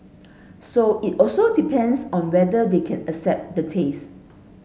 so it also depends on whether they can accept the taste